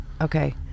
okay